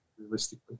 realistically